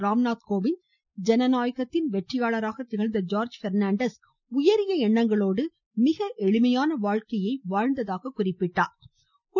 ராம்நாத் கோவிந்த் ஜனநாயகத்தின் வெற்றியாளராக திகழ்ந்த ஜார்ஜ் பெர்னாண்டஸ் எண்ணங்களோடு மிக எளிமையான வாழ்க்கையை வாழ்ந்ததாக குறிப்பிட்டார்